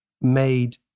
made